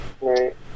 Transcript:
Right